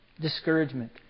Discouragement